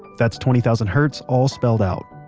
that's twenty thousand hertz all spelled out.